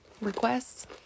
Requests